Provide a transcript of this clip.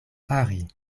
fari